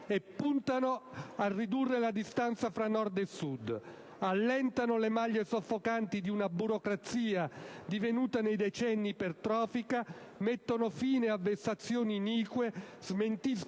e puntano a ridurre la distanza fra Nord e Sud; perché allentano le maglie soffocanti di una burocrazia divenuta nei decenni ipertrofica, mettono fine a vessazioni inique, smentiscono